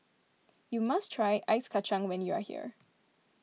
you must try Ice Kacang when you are here